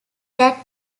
that